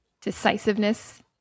decisiveness